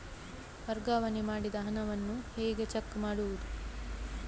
ವರ್ಗಾವಣೆ ಮಾಡಿದ ಹಣವನ್ನು ಹೇಗೆ ಚೆಕ್ ಮಾಡುವುದು?